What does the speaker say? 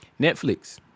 Netflix